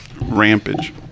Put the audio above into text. Rampage